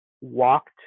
walked